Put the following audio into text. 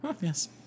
yes